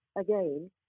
again